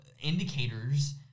indicators